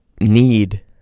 need